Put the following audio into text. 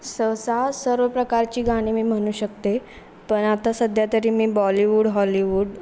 सहसा सर्व प्रकारची गाणी मी म्हणू शकते पण आता सध्या तरी मी बॉलीवूड हॉलिवूड